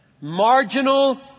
marginal